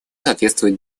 соответствует